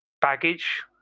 baggage